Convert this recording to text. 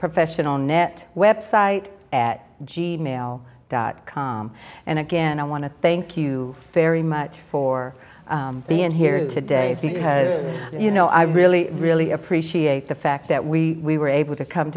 professional net website at g mail dot com and again i want to thank you very much for being here today because you know i really really appreciate the fact that we were able to come